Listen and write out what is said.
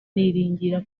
niringira